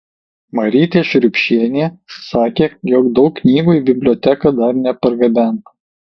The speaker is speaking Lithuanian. marytė šriubšienė sakė jog daug knygų į biblioteką dar nepargabenta